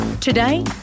Today